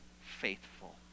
faithful